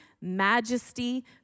majesty